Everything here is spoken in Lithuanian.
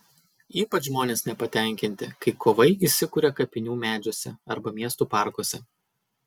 ypač žmonės nepatenkinti kai kovai įsikuria kapinių medžiuose arba miestų parkuose